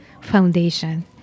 foundation